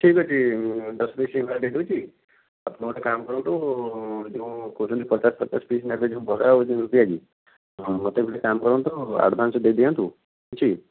ଠିକ୍ ଅଛି ଦଶ ପିସ୍ ସିଙ୍ଗଡ଼ା ଦେଇଦେଉଛି ଆପଣ ଗୋଟେ କାମ କରନ୍ତୁ ଯେଉଁ କହୁଛନ୍ତି ପଚାଶ ପଚାଶ ପିସ୍ ନେବେ ଯେଉଁ ବରା ଆଉ ଯେଉଁ ପିଆଜି ହଁ ମୋତେ ଗୋଟେ କାମ କରନ୍ତୁ ଆଡ଼ଭାନ୍ସ ଦେଇଦିଅନ୍ତୁ କିଛି